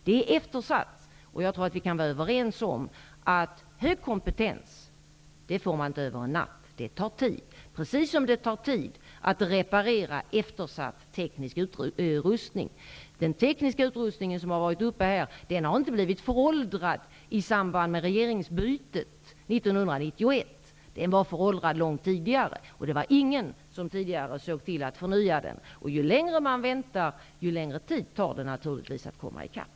Det är ett eftersatt område, och jag tror att vi kan vara överens om att man inte uppnår hög kompetens över en natt utan att det tar tid, precis som det tar tid att reparera eftersatt teknisk utrustning. Den tekniska utrustning som har tagits upp i debatten blev inte föråldrad i samband med regeringsbytet 1991, utan den var föråldrad långt tidigare, och det var ingen som tidigare såg till att förnya den. Ju längre man väntar, desto längre tid tar det naturligtvis att komma i kapp.